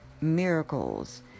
Miracles